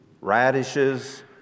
radishes